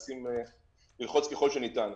וללחוץ ככל שניתן.